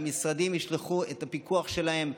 המשרדים ישלחו את הפיקוח שלהם,